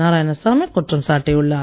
நாராயணசாமி குற்றம் சாட்டியுள்ளார்